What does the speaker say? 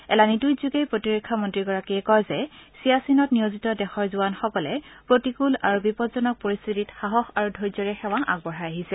এলানি টুইটযোগে প্ৰতিৰক্ষা মন্ত্ৰীগৰাকীয়ে কয় যে চিয়াচিনত নিয়োজিত দেশৰ জোৱানসকলে জটিল আৰু বিপদজনক পৰিস্থিতিত সাহস আৰু ধৈৰ্যৰে সেৱা আগবঢ়ায় আহিছে